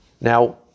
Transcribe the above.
Now